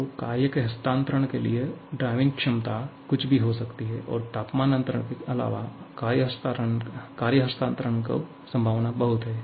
तो कार्य के हस्तांतरण के लिए ड्राइविंग क्षमता कुछ भी हो सकती है और तापमान अंतर के अलावा कार्य हस्तांतरण की संभावनाएं बहुत हैं